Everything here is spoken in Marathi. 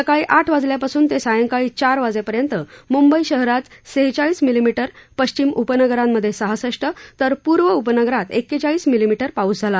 सकाळी आठ वाजल्यापासून ते सायंकाळी चार वाजेपर्यंत मुंबई शहरात शेहेचाळीस मिलीमीटर पश्चिम उपनगरांमध्ये सहासष्ट तर पूर्व उपनगरांत एक्केचाळीस मिलीमीटर पाऊस झाला